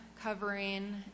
covering